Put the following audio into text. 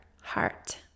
heart